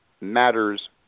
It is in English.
matters